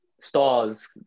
stars